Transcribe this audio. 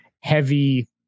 heavy